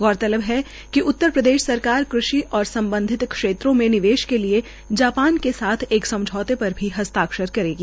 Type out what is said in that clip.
गौरतलब है कि उत्तरप्रदेश सरकार कृषि और सम्बधित क्षेत्रों में निवेश के लिए जापान के साथ एक समझौते पर भी हस्ताक्षर करेगी